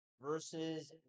Versus